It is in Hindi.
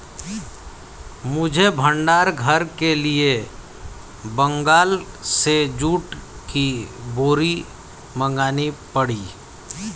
मुझे भंडार घर के लिए बंगाल से जूट की बोरी मंगानी पड़ी